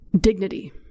dignity